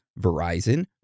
Verizon